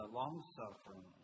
long-suffering